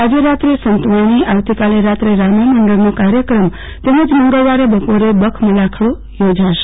આજે રાતે સંતવાણીઆવતીકાલે રાત્રે રામામંડળનો કાર્યક્રમ તેમજ મંગળવારે બપોરે બખમલાખડો યોજાશે